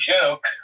joke